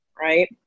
right